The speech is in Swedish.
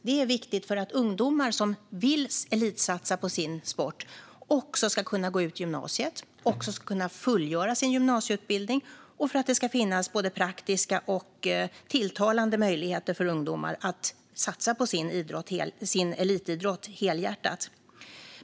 Det är viktigt för att ungdomar som vill elitsatsa på sin sport också ska kunna gå gymnasiet och kunna fullgöra sin gymnasieutbildning och för att det ska finnas både praktiska och tilltalande möjligheter för ungdomar att satsa helhjärtat på sin elitidrott.